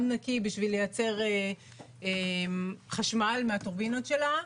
נקי כדי לייצר חשמל מהטורבינות שלה.